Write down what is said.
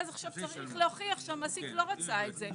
ואז עכשיו צריך להוכיח שהמעסיק לא רצה את זה.